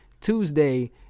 Tuesday